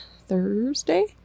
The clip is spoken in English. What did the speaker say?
Thursday